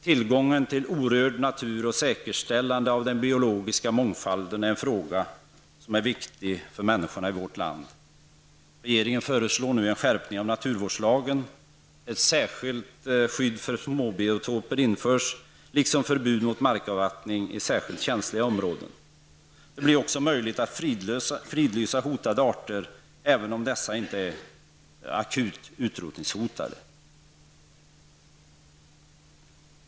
Tillgången till orörd natur och säkerställande av den biologiska mångfalden är en fråga som är viktig för människorna i vårt land. Regeringen föreslår nu en skärpning av naturvårdslagen. Ett särskilt skydd för småbiotoper införs, liksom förbud mot markavvattning i särskilt känsliga områden. Det blir också möjligt att fridlysa hotade arter, även om dessa inte är akut utrotningshotade.